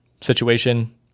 situation